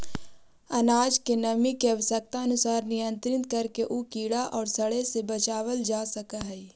अनाज के नमी के आवश्यकतानुसार नियन्त्रित करके उ कीड़ा औउर सड़े से बचावल जा सकऽ हई